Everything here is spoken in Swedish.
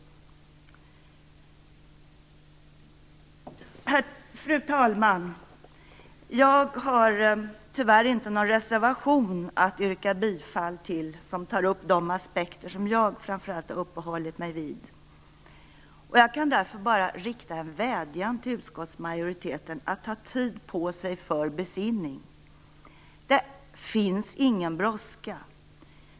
Fru talman! Jag har tyvärr inte någon reservation att yrka bifall till som tar upp de aspekter som jag framför allt har uppehållit mig vid. Jag kan därför bara rikta en vädjan till utskottsmajoriteten att ta tid på sig för besinning. Det finns ingen brådska.